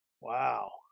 Wow